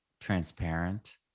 transparent